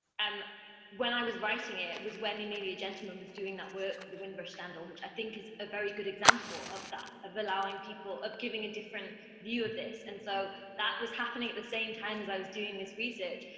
and when i was writing it, it was when amelia gentleman was doing that work for the windrush scandal which i think is a very good example of that, of allowing people, of giving a different view of this. and so that was happening at the same time as i was doing this research,